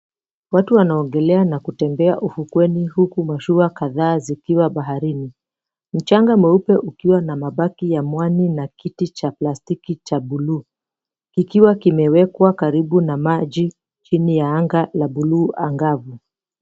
Watu wanaogelea na kutembea ufukweni huku mashua kadhaa zikiwa baharini. Mchanga mweupe ukiwa na mabaki ya mwani na kiti cha plastiki cha blue. Kikiwa kimewekwa karibu na maji chini ya anga la buluu angavu.